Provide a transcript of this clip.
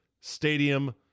stadium